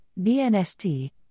bnst